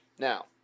Now